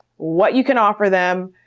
what you can offer them.